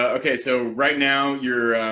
okay, so right now you're,